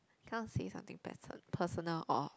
cannot say something perso~ personal or